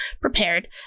prepared